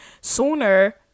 sooner